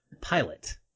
Pilot